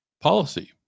policy